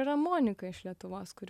yra monika iš lietuvos kuri